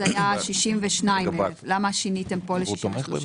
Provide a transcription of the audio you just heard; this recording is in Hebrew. אז היה 62,000. למה שיניתם פה ל-63?